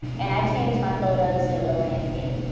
and i changed my photo to a landscape.